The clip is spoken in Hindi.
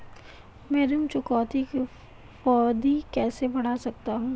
मैं ऋण चुकौती की अवधि कैसे बढ़ा सकता हूं?